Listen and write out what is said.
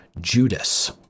Judas